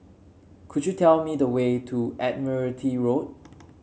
could you tell me the way to Admiralty Road